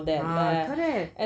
ah correct